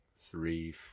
three